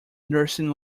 nursing